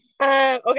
okay